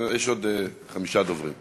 יש עוד חמישה דוברים.